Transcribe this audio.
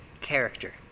character